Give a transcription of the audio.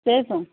त्यही त